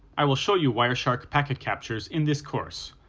i will show you wireshark packet captures in this course,